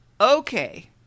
Okay